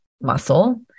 muscle